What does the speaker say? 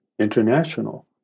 International